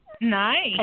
Nice